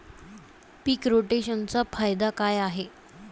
पीक रोटेशनचा फायदा काय आहे?